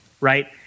Right